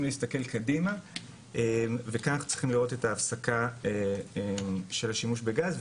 להסתכל קדימה וכאן אנחנו צריכים לראות את ההפסקה של השימוש בגז.